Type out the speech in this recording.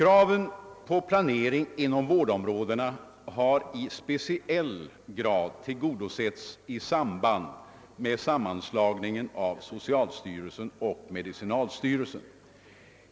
rådena har i särskilt hög grad tillgodosetts i samband med sammanslagningen av socialstyrelsen och medicinalstyrelsen.